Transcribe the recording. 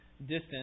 distance